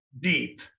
deep